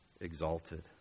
exalted